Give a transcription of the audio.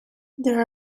there